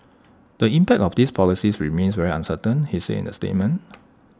the impact of these policies remains very uncertain he said in the statement